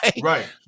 right